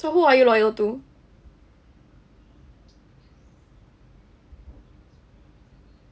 so who are you loyal to